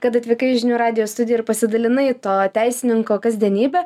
kad atvykai į žinių radijo studiją ir pasidalinai to teisininko kasdienybe